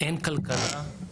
אין כלכלה,